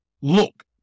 look